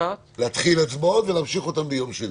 הצבעות ולהמשיך אותן ביום שני.